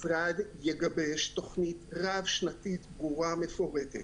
האחד, שהמשרד יגבש תוכנית רב שנתית ברורה ומפורטת,